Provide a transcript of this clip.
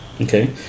Okay